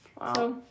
Wow